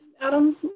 Adam